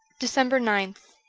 december ninth